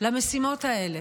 למשימות האלה.